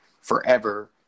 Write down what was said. forever